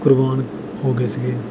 ਕੁਰਬਾਨ ਹੋ ਗਏ ਸੀਗੇ